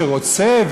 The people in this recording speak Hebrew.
שרוצה,